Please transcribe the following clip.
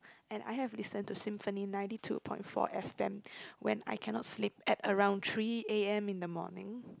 and I have listen to symphony ninety two point four F_M when I cannot sleep at around three A_M in the morning